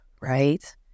right